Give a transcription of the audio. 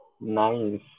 Nice